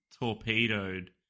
torpedoed